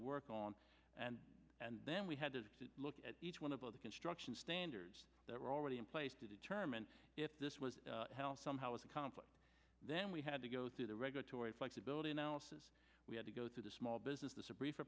work on and and then we had to look at each one of the construction standards that were already in place to determine if this was somehow as a conflict then we had to go through the regulatory flexibility analysis we had to go through the small business a brief